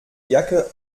jacke